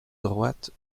droite